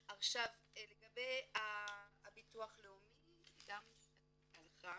לגבי הביטוח הלאומי חבל שהנציגה הלכה.